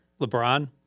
LeBron